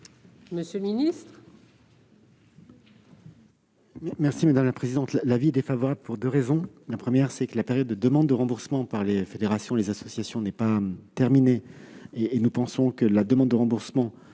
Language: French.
monsieur le ministre